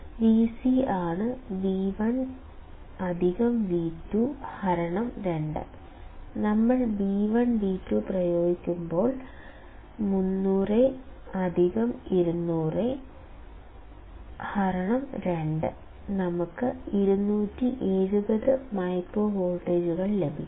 Vc ആണ് V1 V2 2 നമ്മൾ V1 V2 പ്രയോഗിക്കുമ്പോൾ 300 200 2 ഞങ്ങൾക്ക് 270 മൈക്രോ വോൾട്ടുകൾ ലഭിക്കും